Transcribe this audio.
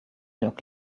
look